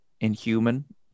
inhuman